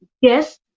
yes